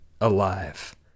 alive